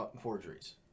forgeries